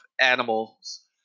animals